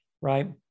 right